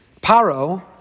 Paro